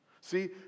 See